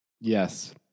Yes